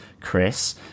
Chris